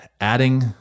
adding